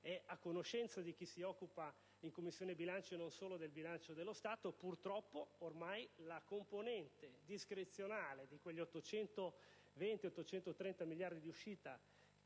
è a conoscenza di chi in 5a Commissione non si occupa solo del bilancio dello Stato. Purtroppo, ormai la componente discrezionale di quegli 820-830 miliardi di uscita